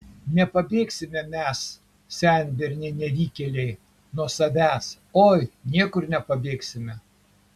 nepabėgsime mes senberniai nevykėliai nuo savęs oi niekur nepabėgsime